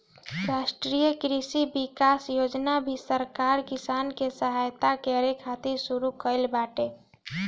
राष्ट्रीय कृषि विकास योजना भी सरकार किसान के सहायता करे खातिर शुरू कईले बाटे